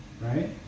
right